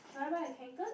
should I buy a kanken